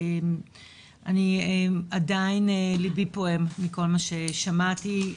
אני עדיין ליבי פועם מכל מה ששמעתי.